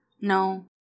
No